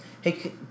Hey